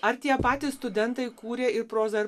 ar tie patys studentai kūrė ir prozą ir